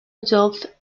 adult